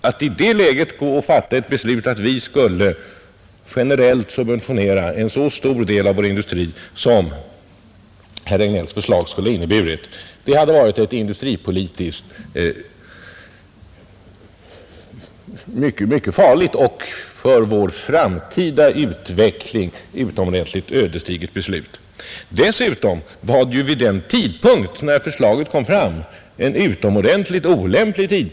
Att i det läget fatta ett beslut att generellt subventionera en så stor del av vår industri som herr Regnéll föreslår, hade varit ett industripolitiskt mycket farligt och för vår framtida utveckling utomordentligt ödesdigert beslut. Dessutom var den tidpunkt då förslaget framställdes mycket olämpligt vald.